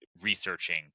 researching